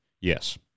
yes